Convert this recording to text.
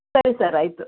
ಸರಿ ಸರ್ ಆಯಿತು